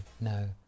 no